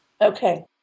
Okay